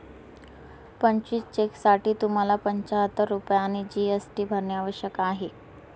पंचवीस चेकसाठी तुम्हाला पंचाहत्तर रुपये आणि जी.एस.टी भरणे आवश्यक आहे